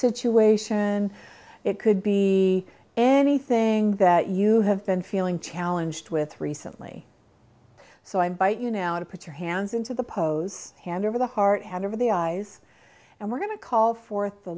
situation it could be any thing that you have been feeling challenged with recently so i bite you now to put your hands into the pose hand over the heart hand over the eyes and we're going to call forth the